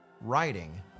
writing